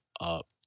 up